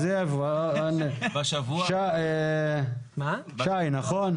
שי, נכון?